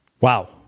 Wow